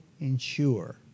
ensure